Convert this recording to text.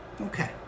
Okay